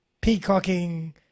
peacocking